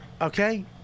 Okay